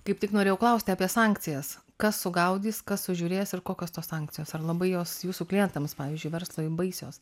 kaip tik norėjau klausti apie sankcijas kas sugaudys kas sužiūrės ir kokios tos sankcijos ar labai jos jūsų klientams pavyzdžiui verslui baisios